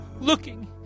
looking